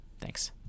Thanks